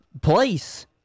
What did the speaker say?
place